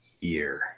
year